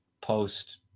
post